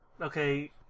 Okay